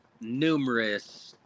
numerous